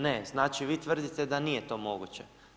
Ne, znači vi tvrdite da nije to moguće.